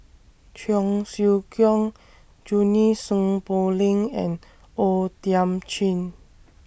Cheong Siew Keong Junie Sng Poh Leng and O Thiam Chin